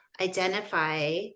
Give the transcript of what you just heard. identify